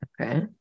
Okay